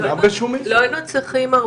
השר לשיתוף פעולה אזורי עיסאווי פריג': כולם רשומים?